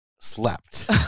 slept